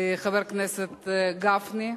לחבר הכנסת גפני,